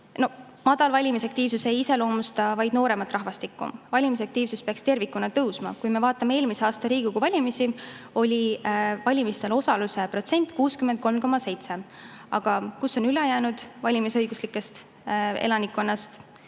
Madal valimisaktiivsus ei iseloomusta vaid nooremat rahvastikku. Valimisaktiivsus peaks tervikuna tõusma. Kui me vaatame eelmise aasta Riigikogu valimisi, siis oli valimisosaluse protsent 63,7. Aga kus on ülejäänud osa valimisõiguslikust elanikkonnast?